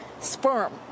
Sperm